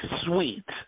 sweet